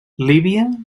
líbia